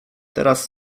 teraz